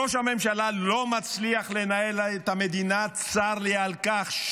ראש הממשלה לא מצליח לנהל את המדינה, צר לי על כך.